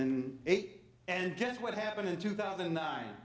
and eight and just what happened in two thousand